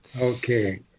Okay